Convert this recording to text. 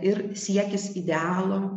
ir siekis idealo